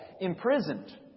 imprisoned